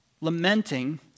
Lamenting